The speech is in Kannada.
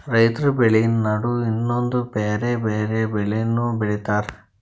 ರೈತರ್ ಬೆಳಿ ನಡು ಇನ್ನೊಂದ್ ಬ್ಯಾರೆ ಬ್ಯಾರೆ ಬೆಳಿನೂ ಬೆಳಿತಾರ್